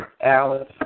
Alice